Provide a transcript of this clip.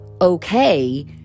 Okay